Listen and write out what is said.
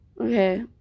Okay